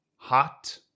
hot